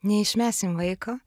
neišmesim vaiko